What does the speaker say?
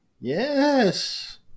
Yes